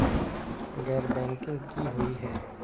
गैर बैंकिंग की हुई है?